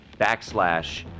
backslash